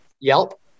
Yelp